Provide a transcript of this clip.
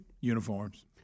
Uniforms